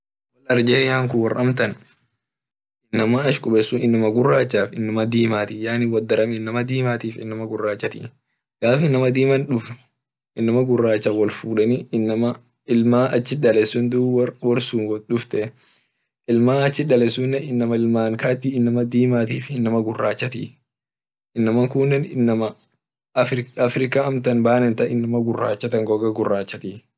Wor algeria kun inama wodaram dimatifii gurachatii gaf inama dima duf inama gurachati wol fudeni ilman achit dalet sun dub wot duftee ilman achit dalet sun kati inama dimatifii gurachatii inama africa goga gurachatii.